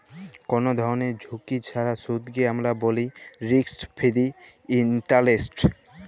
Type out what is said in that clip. call ধরলের ঝুঁকি ছাড়া সুদকে আমরা ব্যলি রিস্ক ফিরি ইলটারেস্ট